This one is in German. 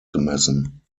gemessen